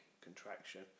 contraction